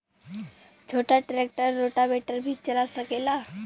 छोटा tractor rotavator भी चला सकेला?